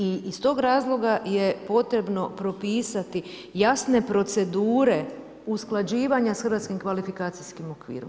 I iz tog razloga je potrebno propisati, jasne procedure, usklađivanje sa hrvatskim kvalifikacijskim okvirom.